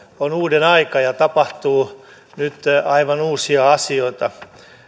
on uuden aika ja tapahtuu nyt aivan uusia asioita